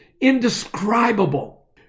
indescribable